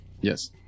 Yes